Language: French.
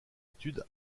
études